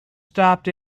stopped